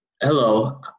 Hello